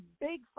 big